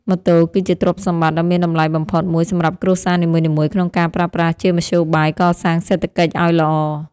ម៉ូតូគឺជាទ្រព្យសម្បត្តិដ៏មានតម្លៃបំផុតមួយសម្រាប់គ្រួសារនីមួយៗក្នុងការប្រើប្រាស់ជាមធ្យោបាយកសាងសេដ្ឋកិច្ចឱ្យល្អ។